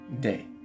day